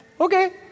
Okay